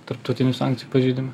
tarptautinių sankcijų pažeidimą